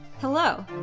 Hello